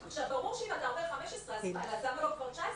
ברור שאם אתה אומר 15, אז למה לא 19?